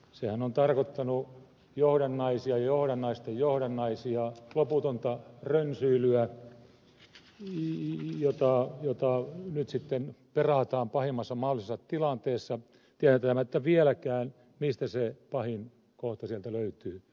sehän on tarkoittanut johdannaisia ja johdannaisten johdannaisia loputonta rönsyilyä jota nyt sitten perataan pahimmassa mahdollisessa tilanteessa tietämättä vieläkään mistä se pahin kohta sieltä löytyy